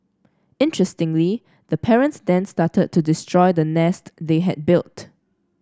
interestingly the parents then started to destroy the nest they had built